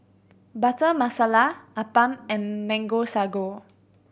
Butter Masala appam and Mango Sago